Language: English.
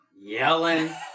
yelling